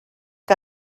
que